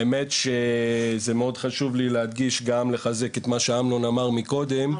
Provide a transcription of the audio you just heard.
האמת שמאוד חשוב לי להדגיש וגם לחזק את מה שאמנון אמר מקודם --- אבל,